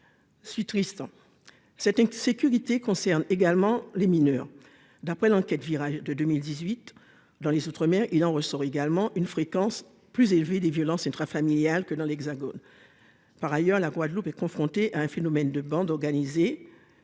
Si Tristan cette insécurité concerne également les mineurs d'après l'enquête virage de 2018 dans les outre-mer il en ressort également une fréquence plus élevée des violences intrafamiliales que dans l'Hexagone. Par ailleurs, la Guadeloupe est confronté à un phénomène de bandes organisées.